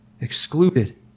Excluded